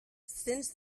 since